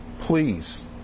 Please